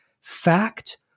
Fact